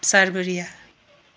Siberia